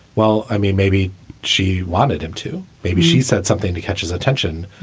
well, i mean, maybe she wanted him to. maybe she said something that catches attention.